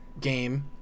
game